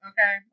Okay